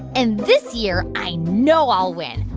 and this year, i know i'll win.